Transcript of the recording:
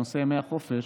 נושא ימי החופש,